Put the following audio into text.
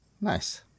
Nice